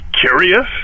curious